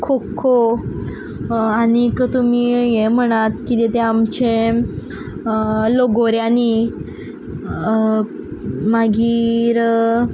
खो खो आनीक तुमी हें म्हणात कितें तें आमचें लगोऱ्यांनी मागीर